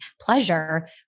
pleasure